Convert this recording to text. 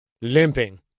Limping